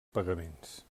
pagaments